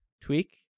tweak